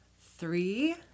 Three